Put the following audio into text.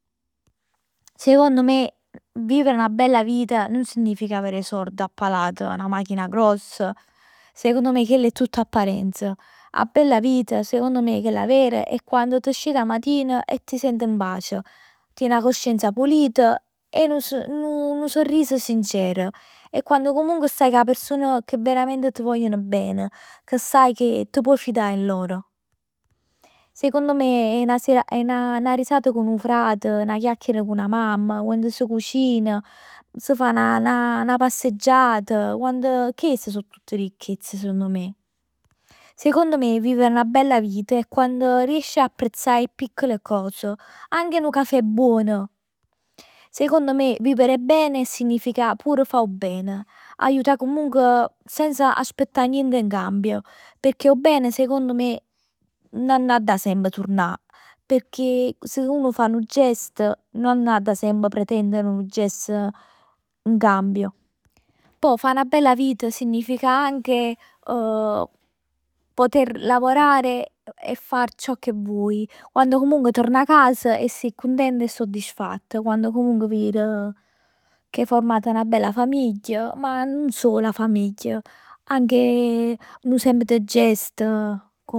Secondo me vivere 'na bella vita nun significa avere 'e sord a palate, 'na machina gross, secondo me chell è tutta apparenz. 'A bella vita, secondo me chella ver, è quando t' scit 'a matin e t' sient in pace. Tien 'a coscienza pulit e n- nu surris sincer. È quando comunque staje cu 'a persona che veramente t' vogliono bene. Che saje che t' può fidà 'e loro. Secondo me è è 'na risata cu nu frat, 'na chiacchiera cu 'na mamma. Quann s' cucin, s' fa 'na passeggiat, quando chest so tutte ricchezz secondo me. Secondo me vivere 'na bella vita è quann riesci a apprezzà 'e piccole cos. Anche nu cafè buon. Secondo me vivere bene significa pur fa 'o ben. Aiutà comunque, senza aspettà niente in cambio. Pecchè 'o bene secondo me nun adda semp turnà, perchè se uno fa nu gest nun adda semp pretendere nu gest in cambio. Pò fa 'na bella vita significa anche poter lavorare e fare ciò che vuoi. Quando comunque tuorn 'a cas e si cuntent e soddisfatt. Quando comunque vir che 'e format 'na bella famiglia. Ma nun solo 'na famiglia. Anche nu semplice gest